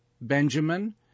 Benjamin